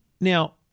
Now